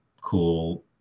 cool